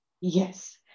Yes